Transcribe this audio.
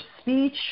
speech